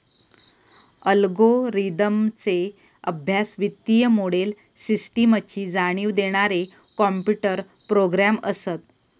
अल्गोरिदमचो अभ्यास, वित्तीय मोडेल, सिस्टमची जाणीव देणारे कॉम्प्युटर प्रोग्रॅम असत